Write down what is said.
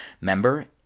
Member